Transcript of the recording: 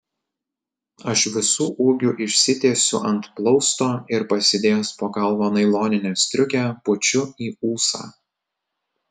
aš visu ūgiu išsitiesiu ant plausto ir pasidėjęs po galva nailoninę striukę pučiu į ūsą